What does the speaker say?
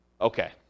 okay